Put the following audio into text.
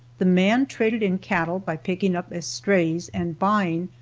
the man traded in cattle by picking up estrays and buying,